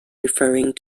referring